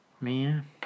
Man